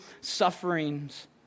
sufferings